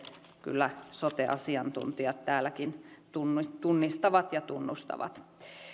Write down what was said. kyllä sote asiantuntijat täälläkin tunnistavat ja tunnustavat